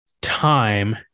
time